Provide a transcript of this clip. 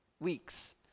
Weeks